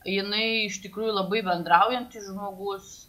jinai iš tikrųjų labai bendraujantis žmogus